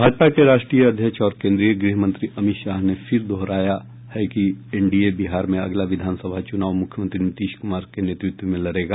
भाजपा के राष्ट्रीय अध्यक्ष और केन्द्रीय गृह मंत्री अमित शाह ने फिर दोहराया है कि एनडीए बिहार में अगला विधानसभा चुनाव मुख्यमंत्री नीतीश कुमार के नेतृत्व में लड़ेगा